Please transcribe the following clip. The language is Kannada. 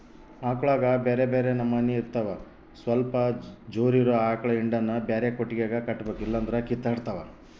ಆಕಳುಗ ಬ್ಯೆರೆ ಬ್ಯೆರೆ ನಮನೆ ಇರ್ತವ ಸ್ವಲ್ಪ ಜೋರಿರೊ ಆಕಳ ಹಿಂಡನ್ನು ಬ್ಯಾರೆ ಕೊಟ್ಟಿಗೆಗ ಕಟ್ಟಬೇಕು ಇಲ್ಲಂದ್ರ ಕಿತ್ತಾಡ್ತಾವ